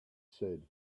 said